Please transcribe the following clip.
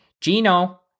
Gino